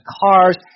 cars